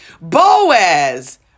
Boaz